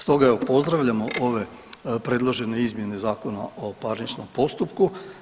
Stoga evo pozdravljamo ove predložene izmjene Zakona o parničnom postupku.